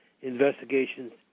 investigations